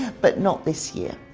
but not this year.